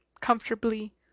comfortably